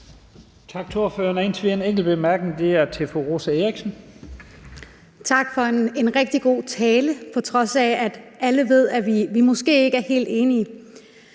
Tak for en rigtig god tale, på trods af at alle ved, at vi måske ikke er helt enige.